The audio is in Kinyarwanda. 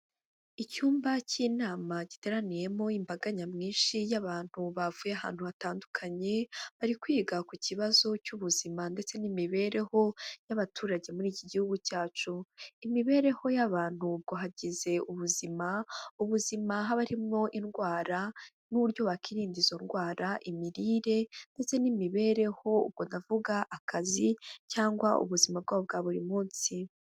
Icyumba cy'inama giteraniyemo imbaga nyamwinshi y'abantu bavuye ahantu hatandukanye, bari kwiga ku kibazo cy'ubuzima ndetse n'imibereho y'abaturage muri iki gihugu cyacu, imibereho y'abantu ubwo hagize ubuzima, ubuzima haba harimo indwara n'uburyo wakwirinda izo ndwara, imirire ndetse n'imibereho, ubwo ndavuga akazi cyangwa ubuzima bwabo bwa buri munsi.